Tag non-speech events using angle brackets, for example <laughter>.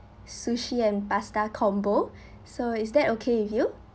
sushi and pasta combo <breath> so is that okay with you